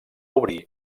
obrir